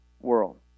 world